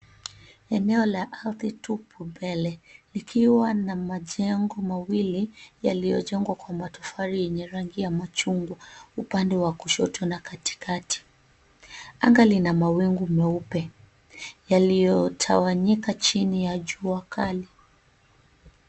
Eneo la ardhi tupi mbele likiwa na majengo mawili yaliyojaengwa kwa matofali yenye rangi ya machungwa upande wa kushoto na katikati anga lina mawingu meupe yalitawanyika chini ya jua kali.